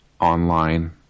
online